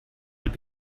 will